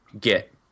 get